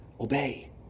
obey